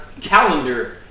calendar